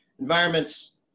environments